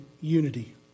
unity